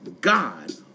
God